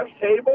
Table